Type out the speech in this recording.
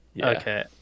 Okay